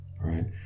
Right